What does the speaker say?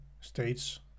states